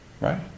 right